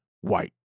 White